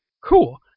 cool